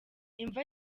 imva